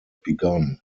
begun